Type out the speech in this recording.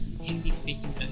Hindi-speaking